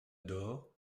dore